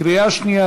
קריאה שנייה.